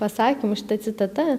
pasakymu šita citata